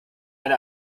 eine